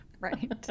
Right